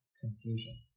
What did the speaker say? confusion